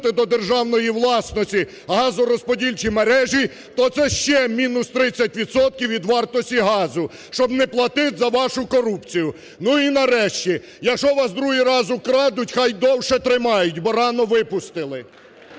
до державної власності газорозподільчі мережі, то це ще мінус 30 відсотків від вартості газу, щоб не платить за вашу корупцію. Ну, і нарешті, якщо вас другий раз украдуть, хай довше тримають, бо рано випустили!